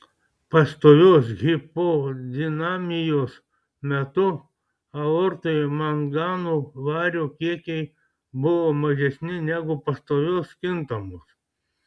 pastovios hipodinamijos metu aortoje mangano vario kiekiai buvo mažesni negu pastovios kintamos